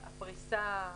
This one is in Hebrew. הפריסה,